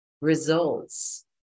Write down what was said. results